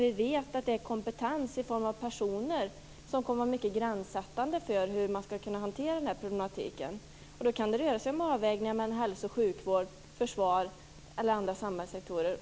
Vi vet ju att det är kompetens i form av personer som kommer att vara mycket gränssättande för hur man skall kunna hantera de här problemen. Det kan röra sig om avvägningar mellan hälso och sjukvård och försvar eller andra samhällssektorer.